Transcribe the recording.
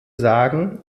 sagen